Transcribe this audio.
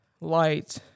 light